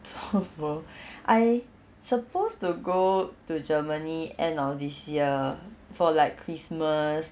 做 bo I suppose to go to germany end of this year for like christmas